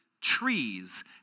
Trees